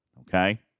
okay